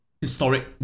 historic